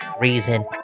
reason